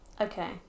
Okay